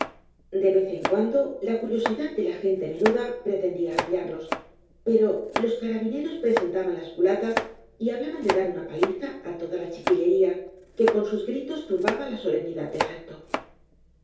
da vez en cuando la curiosidad de la gente menuda pretendía arrollarlos pero los carabineros presentaban las culatas y hablaban de dar una paliza á toda la chiquillería que con sus gritos turbaba la solemnidad del acto